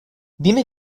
dime